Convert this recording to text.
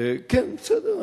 כן, בסדר.